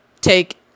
take